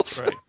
Right